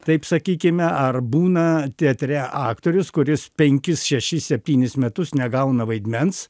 taip sakykime ar būna teatre aktorius kuris penkis šešis septynis metus negauna vaidmens